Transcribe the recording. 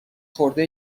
خورده